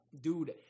dude